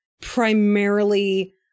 primarily